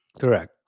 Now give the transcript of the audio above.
Correct